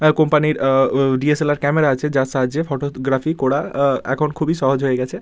আর কোম্পানির DSLR camera আছে যার সাহায্যে ফটোগ্রাফি করা এখন খুবই সহজ হয়ে গেছে